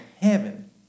heaven